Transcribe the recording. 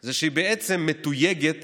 זה שהיא בעצם מתויגת